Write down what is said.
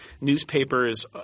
newspapers